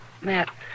Matt